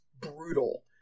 brutal